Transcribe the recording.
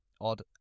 odd